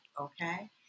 okay